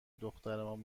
دخترمان